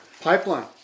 Pipeline